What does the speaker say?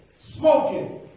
Smoking